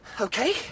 Okay